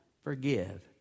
forgive